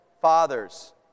fathers